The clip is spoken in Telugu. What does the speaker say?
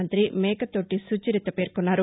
మంతి మేకతోటి సుచరిత పేర్కొన్నారు